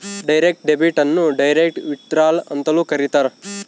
direct debit ಅನ್ನು direct withdrawal ಅಂತನೂ ಕರೀತಾರ